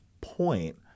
point